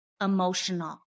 emotional